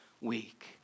week